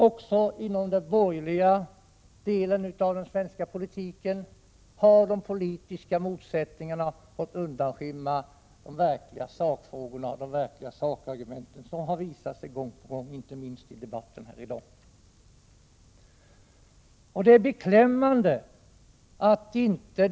Också inom den borgerliga delen av den svenska politiken har de politiska motsättningarna fått undanskymma de verkliga sakfrågorna och de verkliga sakargumenten. Det har visat sig gång på gång, inte minst i debatten här i dag.